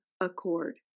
accord